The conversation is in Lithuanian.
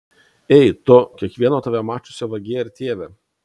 ei tu kiekvieno tave mačiusio vagie ir tėve